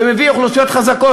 ומביא אוכלוסיות חזקות,